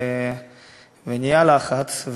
ונהיה לחץ,